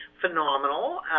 phenomenal